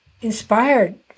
inspired